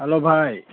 hello ꯚꯥꯏ